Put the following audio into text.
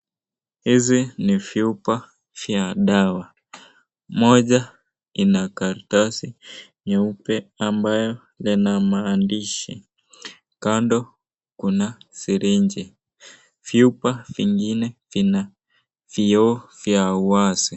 Hizi ni vyupa vya dawa, moja ina karatasi nyeupe ambayo ina maandishi. Kando kuna sirinji. Vyupa vingine vina vioo vya uwazi